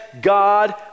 God